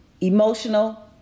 emotional